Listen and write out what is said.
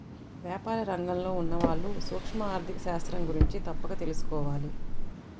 వ్యాపార రంగంలో ఉన్నవాళ్ళు సూక్ష్మ ఆర్ధిక శాస్త్రం గురించి తప్పక తెలుసుకోవాలి